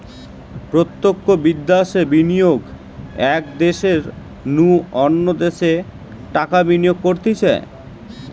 প্রত্যক্ষ বিদ্যাশে বিনিয়োগ এক দ্যাশের নু অন্য দ্যাশে টাকা বিনিয়োগ করতিছে